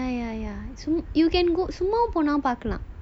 ya ya ya so you can go சும்மா போனா பார்க்கலாம்:summaa ponaa paarkalaam